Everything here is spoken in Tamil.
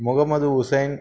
முகமது ஹுசைன்